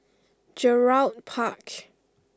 Gerald Park